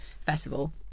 festival